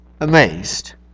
amazed